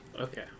Okay